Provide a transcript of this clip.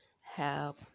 help